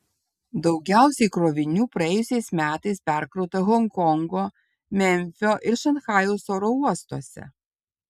daugiausiai krovinių praėjusiais metais perkrauta honkongo memfio ir šanchajaus oro uostuose